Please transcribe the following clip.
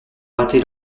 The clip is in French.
rater